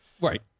Right